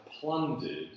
plundered